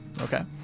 okay